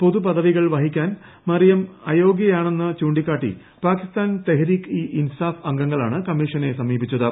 പൊതു പദവികൾ വഹിക്കാൻ മറിയം അയോഗ്യയാണെന്ന് ചൂണ്ടിക്കാട്ടി പാകിസ്ഥാൻ തെഹ്രീക്ക് ഇ ഇൻസാഫ് അംഗങ്ങളാണ് കമ്മീഷനെ സമീപിച്ചത്